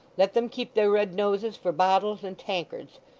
let them keep their red noses for bottles and tankards.